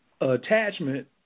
attachment